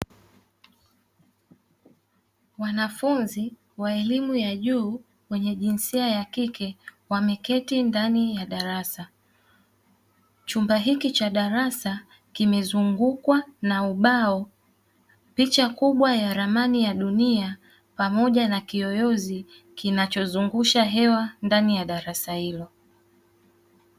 Wanafunzi wa elimu ya juu wenye jinsia ya kike, wameketi ndani ya darasa, chumba hiki cha darasa kimezungukwa na ubao picha kubwa ya ramani ya dunia pamoja na kiyoyozi kinachozungusha hewa ndani ya darasa hilo.